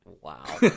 wow